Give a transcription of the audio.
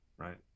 right